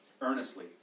earnestly